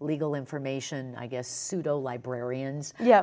legal information i guess pseudo librarians ye